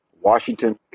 Washington